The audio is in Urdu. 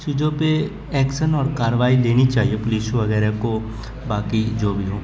چیزوں پہ ایکشن اور کاروائی لینی چاہیے پولیس وغیرہ کو باقی جو بھی ہو